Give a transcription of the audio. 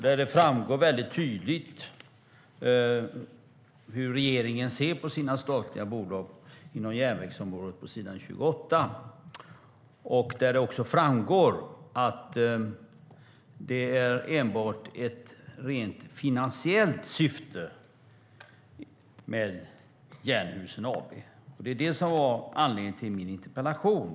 Där framgår det tydligt på s. 28 hur regeringen ser på sina statliga bolag på järnvägsområdet. Det framgår också att det enbart är ett finansiellt syfte med Jernhusen AB. Det var anledningen till min interpellation.